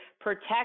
protect